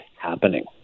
happening